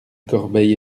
corbeil